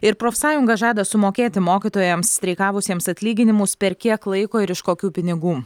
ir profsąjunga žada sumokėti mokytojams streikavusiems atlyginimus per kiek laiko ir iš kokių pinigų